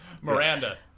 Miranda